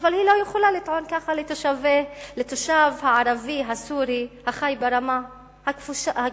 אבל היא לא יכולה לטעון כך לתושב הערבי הסורי החי ברמה הכבושה,